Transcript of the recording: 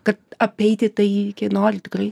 kad apeiti tą įvykį nori tikrai